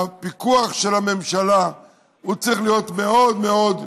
והפיקוח של הממשלה צריך להיות מאוד מאוד מרחוק,